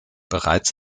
bereits